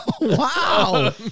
Wow